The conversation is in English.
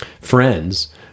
friends